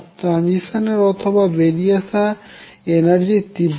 ট্রাঞ্জিশনের অথবা বেরিয়ে আসা এনার্জির তীব্রতা